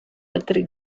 altri